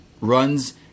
runs